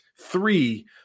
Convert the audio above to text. three